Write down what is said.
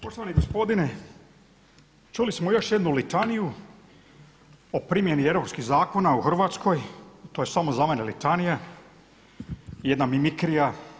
Poštovani gospodine, čuli smo još jednu litaniju o primjeni europskih zakona u Hrvatskoj, to je samo za mene litanija, jedna mimikrija.